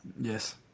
Yes